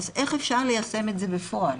אז איך אפשר ליישם את זה בפועל?